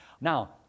Now